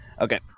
Okay